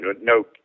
no